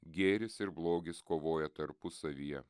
gėris ir blogis kovoja tarpusavyje